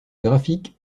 graphique